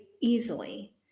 easily